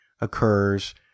occurs